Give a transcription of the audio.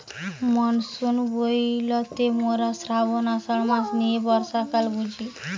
monsoon বইলতে মোরা শ্রাবন, আষাঢ় মাস নিয়ে বর্ষাকালকে বুঝি